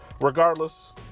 Regardless